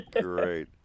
Great